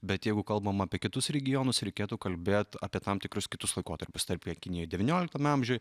bet jeigu kalbam apie kitus regionus reikėtų kalbėt apie tam tikrus kitus laikotarpius tarp jų kinijoj devynioliktame amžiuj